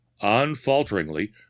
unfalteringly